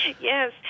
Yes